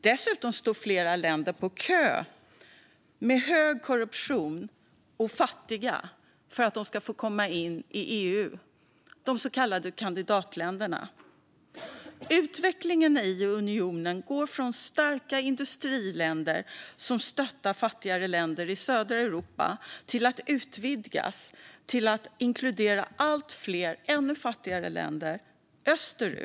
Dessutom står flera fattiga länder med hög korruption i kö för att komma in i EU - de så kallade kandidatländerna. Utvecklingen i unionen går från starka industriländer som stöttar fattigare länder i södra Europa till att utvidgas till att inkludera allt fler ännu fattigare länder österut.